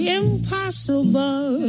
impossible